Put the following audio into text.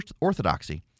orthodoxy